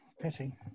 Pity